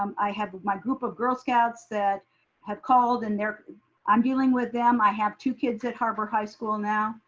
um i have my group of girl scouts that have called and i'm dealing with them. i have two kids at harbor high school now,